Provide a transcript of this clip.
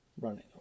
running